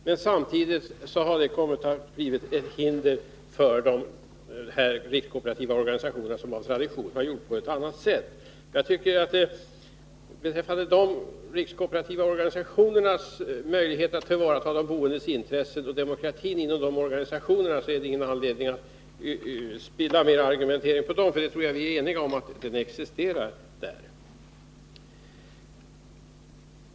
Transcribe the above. Men samtidigt har det uppstått ett hinder för de rikskooperativa organisationerna, som av tradition har gjort på ett annat sätt. Beträffande de rikskooperativa organisationernas möjlighet att tillvarata de boendes intressen och beträffande demokratin inom organisationerna finns det väl ingen anledning att spilla fler argument. Jag tror att vi är eniga på den punkten.